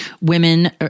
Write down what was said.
Women